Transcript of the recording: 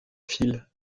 fils